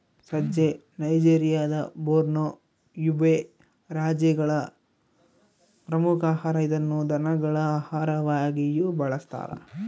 ಸಜ್ಜೆ ನೈಜೆರಿಯಾದ Borno, Yobe ರಾಜ್ಯಗಳ ಪ್ರಮುಖ ಆಹಾರ ಇದನ್ನು ದನಗಳ ಆಹಾರವಾಗಿಯೂ ಬಳಸ್ತಾರ